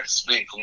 speak